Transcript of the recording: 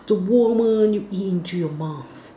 the warmer eats into your mouth